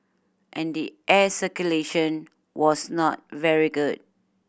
and the air circulation was not very good